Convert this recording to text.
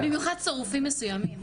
במיוחד צירופים מסוימים.